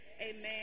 amen